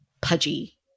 pudgy